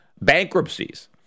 bankruptcies